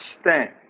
stand